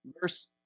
Verse